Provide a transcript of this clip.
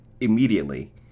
immediately